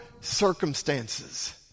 circumstances